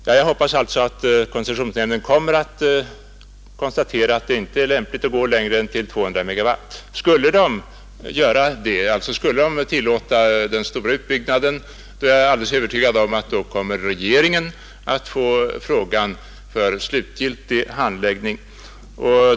Jag hoppas alltså att koncessionshämnden kommer att konstatera att det inte är lämpligt att gå längre än till 200 MW. Skulle man tillåta den större utbyggnaden är jag alldeles övertygad om att regeringen på grund av överklagande skulle få frågan för slutgiltig handläggning.